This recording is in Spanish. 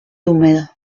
húmedo